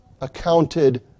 accounted